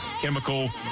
Chemical